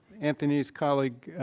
anthony's colleague,